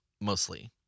mostly